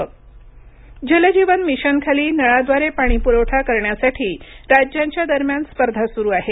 नळाद्वारे पाणी जल जीवन मिशनखाली नळाद्वारे पाणी पुरवठा करण्यासाठी राज्यांच्या दरम्यान स्पर्धा सुरू आहे